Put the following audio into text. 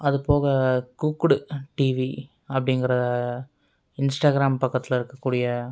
அது போக குக்குடு டிவி அப்படிங்கற இன்ஸ்டாக்ராம் பக்கத்தில் இருக்க கூடிய